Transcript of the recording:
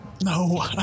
No